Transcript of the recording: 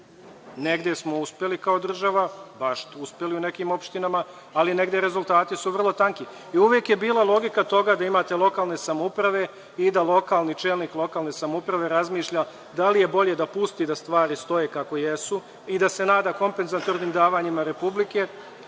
Negde smo uspeli kao država, baš uspeli u nekim opštinama, ali negde su rezultati vrlo tanki. Uvek je bila logika toga da imate lokalne samouprave i da lokalni čelnik lokalne samouprave razmišlja da li je bolje da pusti da stvari stoje kako jesu i da se nada kompezatornim davanjima Republike